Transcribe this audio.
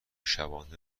شبانه